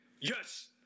yes